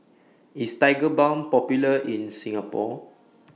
IS Tigerbalm Popular in Singapore